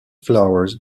flowers